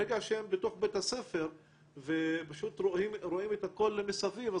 ברגע שהם בתוך בית הספר ופשוט רואים את הכול מסביב,